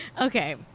Okay